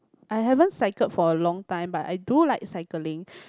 I haven't cycled for a long time but I do like cycling